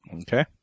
Okay